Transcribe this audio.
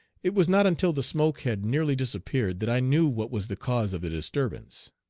it was not until the smoke had nearly disappeared that i knew what was the cause of the disturbance.